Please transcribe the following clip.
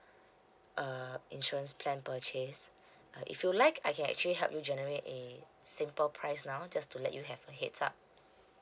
uh insurance plan purchase uh if you like I can actually help you generate a simple price now just to let you have a heads up